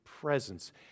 presence